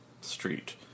street